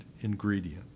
ingredient